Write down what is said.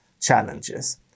challenges